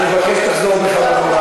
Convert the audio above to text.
אני מבקש שתחזור בך.